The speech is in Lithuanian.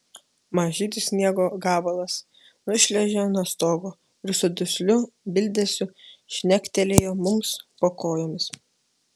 mažytis sniego gabalas nušliuožė nuo stogo ir su dusliu bildesiu žnektelėjo mums po kojomis